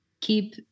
keep